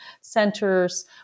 centers